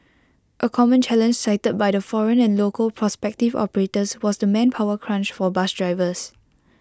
A common challenge cited by the foreign and local prospective operators was the manpower crunch for bus drivers